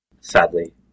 sadly